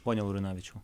pone laurinavičiau